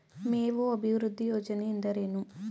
ಮೇವು ಅಭಿವೃದ್ಧಿ ಯೋಜನೆ ಎಂದರೇನು?